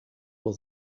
will